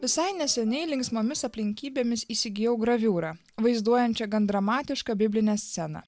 visai neseniai linksmomis aplinkybėmis įsigijau graviūrą vaizduojančią gan dramatišką biblinę sceną